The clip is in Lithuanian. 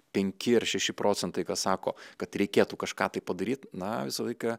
penki ar šeši procentai kas sako kad reikėtų kažką tai padaryt na visą laiką